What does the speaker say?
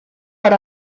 per